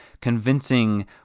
convincing